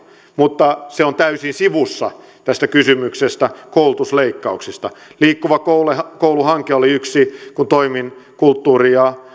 mutta se on täysin sivussa tästä kysymyksestä koulutusleikkauksista liikkuva koulu hanke oli yksi kärkihankkeista kun toimin kulttuuri ja